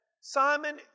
Simon